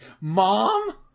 mom